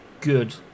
good